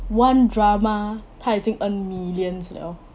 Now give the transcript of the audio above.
one drama 他已经 earn millions 了